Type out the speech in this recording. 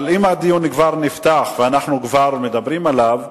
אם הדיון כבר נפתח ואנחנו כבר מדברים עליו,